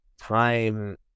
time